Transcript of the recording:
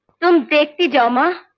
um take the silver,